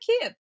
kid